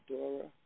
Dora